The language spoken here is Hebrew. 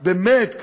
באמת,